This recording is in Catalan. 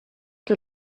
que